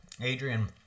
Adrian